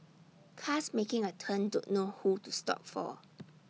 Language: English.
cars making A turn don't know who to stop for